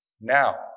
Now